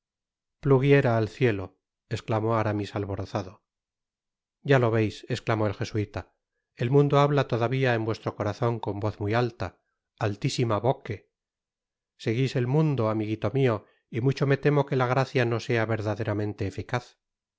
pluguiera al cielo esclamó aramis athorozado ya lo veis esclamó el jesuita el mundo habla todavia en vuestro corazon con voz muy alta altissima vorc seguis el mundo amiguito mio y mucho me temo que la gracia no sea verdaderamente eficaz